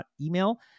email